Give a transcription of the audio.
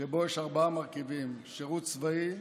שבו יש ארבעה מרכיבים: שירות צבאי,